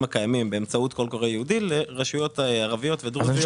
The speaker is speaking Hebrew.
הקיימים באמצעות קול קורא ייעודי לרשויות ערביות ודרוזיות.